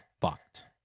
fucked